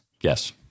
Yes